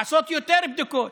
לעשות יותר בדיקות.